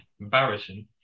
embarrassing